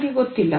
ನನಗೆ ಗೊತ್ತಿಲ್ಲ